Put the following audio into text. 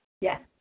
Yes